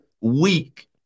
weak